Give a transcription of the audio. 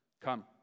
Come